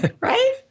right